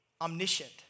omniscient